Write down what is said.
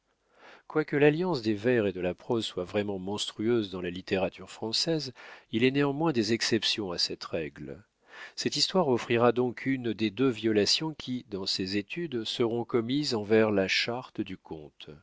quoique l'alliance des vers et de la prose soit vraiment monstrueuse dans la littérature française il est néanmoins des exceptions à cette règle cette histoire offrira donc une des deux violations qui dans ces études seront commises envers la charte du conte